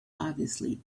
obviously